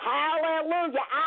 Hallelujah